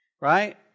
right